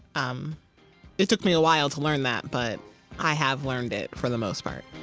um it took me a while to learn that, but i have learned it, for the most part